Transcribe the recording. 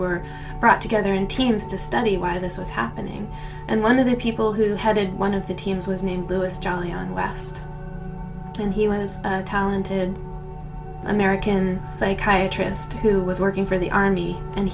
were brought together in teams to study why this was happening and one of the people who headed one of the teams was named louis john west and he was the talented american psychiatry just who was working for the army and